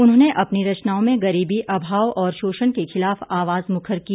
उन्होंने अपनी रचनाओं में गरीबी अभाव और शोषण के खिलाफ आवाज मुखर की